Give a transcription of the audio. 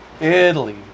Italy